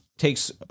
Takes